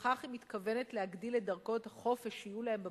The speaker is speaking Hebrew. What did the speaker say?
ובכך היא מתכוונת להגדיל את דרגות החופש שיהיו להם בבגרותם,